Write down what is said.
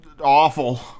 Awful